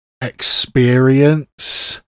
experience